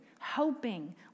hoping